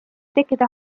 tekkida